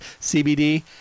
CBD